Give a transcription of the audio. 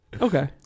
Okay